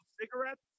cigarettes